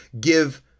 give